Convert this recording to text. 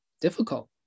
Difficult